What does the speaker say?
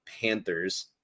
Panthers